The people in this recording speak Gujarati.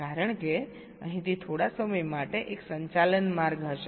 કારણ કે અહીંથી થોડા સમય માટે એક સંચાલન માર્ગ હશે